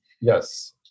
Yes